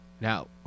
now